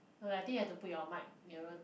no lah I think you have to put your mic nearer